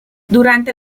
durante